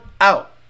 out